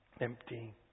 empty